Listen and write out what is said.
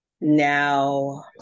Now